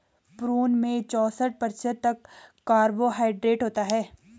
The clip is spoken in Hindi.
प्रून में चौसठ प्रतिशत तक कार्बोहायड्रेट होता है